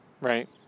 Right